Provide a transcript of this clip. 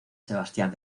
sebastián